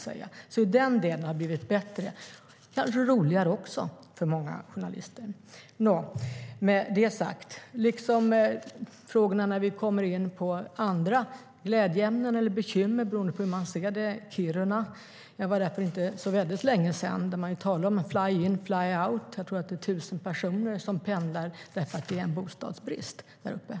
Denna del har alltså blivit bättre, och kanske roligare, för många journalister. Låt oss gå in på andra glädjeämnen eller bekymmer, beroende på hur man ser det. Jag var i Kiruna för inte så länge sedan. Där talar man om fly-in/fly-out. Jag tror att det är 1 000 personer som pendlar på grund av bostadsbrist.